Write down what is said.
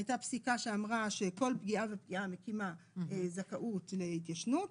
הייתה פסיקה שאמרה שכל פגיעה ופגיעה מקימה זכאות להתיישנות,